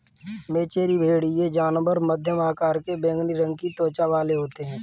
मेचेरी भेड़ ये जानवर मध्यम आकार के बैंगनी रंग की त्वचा वाले होते हैं